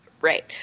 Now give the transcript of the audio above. right